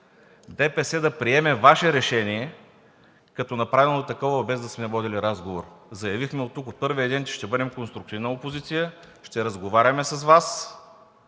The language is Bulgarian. ДПС да приеме Ваше решение като направено такова, без да сме водили разговор. Заявихме тук от първия ден, че ще бъдем конструктивна опозиция, ще разговаряме с Вас.